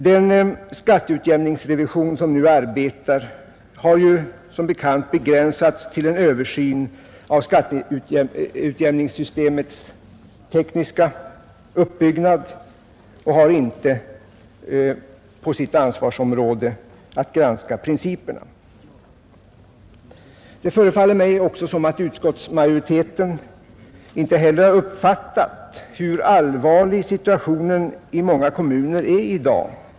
Den skatteutjämningsrevision som nu arbetar har som bekant begränsats till en översyn av skatteutjämningssystemets tekniska uppbyggnad och har inte på sitt ansvarsområde att granska principerna. Det förefaller mig också som om utskottsmajoriteten inte heller har uppfattat hur allvarlig situationen i många kommuner är i dag.